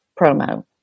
promo